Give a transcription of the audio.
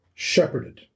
Shepherded